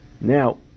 now